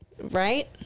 Right